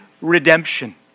redemption